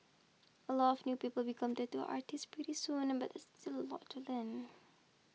a lot of new people become tattoo artists pretty soon but still a lot to learn